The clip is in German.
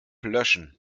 löschen